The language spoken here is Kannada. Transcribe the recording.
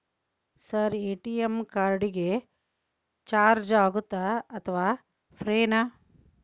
ಸರ್ ಎ.ಟಿ.ಎಂ ಕಾರ್ಡ್ ಗೆ ಚಾರ್ಜು ಆಗುತ್ತಾ ಅಥವಾ ಫ್ರೇ ನಾ?